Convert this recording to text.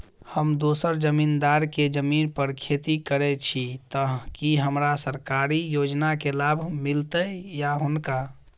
हम दोसर जमींदार केँ जमीन पर खेती करै छी तऽ की हमरा सरकारी योजना केँ लाभ मीलतय या हुनका?